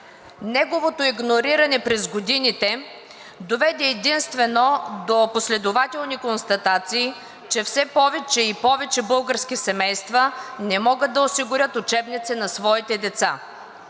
Неговото игнориране през годините доведе единствено до последователни констатации, че все повече и повече български семейства не могат да осигурят учебниците на своите деца.